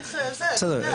לא, צריך להגיד, אתה יודע.